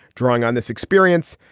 drawing on this experience,